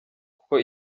kuko